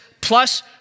plus